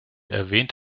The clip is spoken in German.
erwähnt